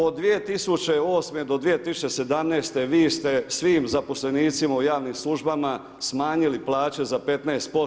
Od 2008. do 2017., vi ste svim zaposlenicima u javnim službama smanjili plaće za 15%